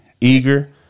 eager